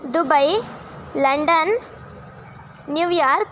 Dubai London New York